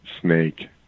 snake